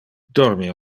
dormi